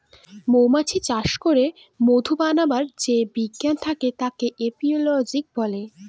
মৌমাছি চাষ করে মধু বানাবার যে বিজ্ঞান থাকে তাকে এপিওলোজি বলে